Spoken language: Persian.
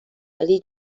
ولی